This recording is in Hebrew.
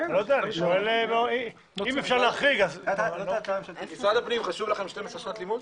חשוב לכם, משרד הפנים, 12 שנות לימוד?